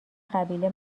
قبیله